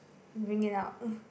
bring it out